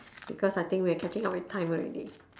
because I think we are catching up with time already